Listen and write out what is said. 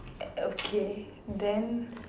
okay then